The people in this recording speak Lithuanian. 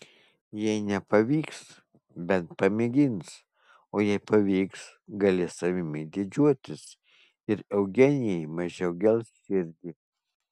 jei nepavyks bent pamėgins o jei pavyks galės savimi didžiuotis ir eugenijai mažiau gels širdį